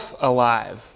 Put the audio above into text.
alive